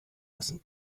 lassen